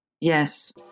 Yes